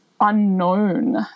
unknown